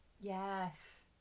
Yes